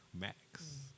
Max